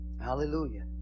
Hallelujah